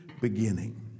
beginning